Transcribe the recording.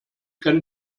can